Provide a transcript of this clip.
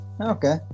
Okay